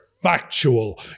factual